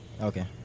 Okay